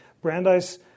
Brandeis